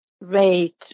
rate